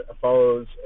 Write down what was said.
follows